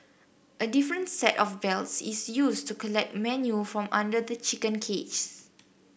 a different set of belts is used to collect manure from under the chicken cages